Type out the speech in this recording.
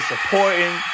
supporting